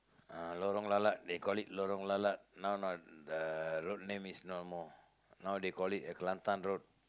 uh Lorong lalat they call it lorong lalat now not the road name is no more now they call it Kelantan Road